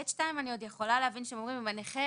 ב-(ב)(2) אני עוד יכולה להבין שהם אומרים: אם הנכה